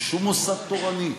ושום מוסד תורני,